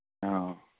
ꯑꯥ